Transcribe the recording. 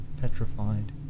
petrified